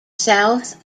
south